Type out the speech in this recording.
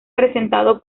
presentado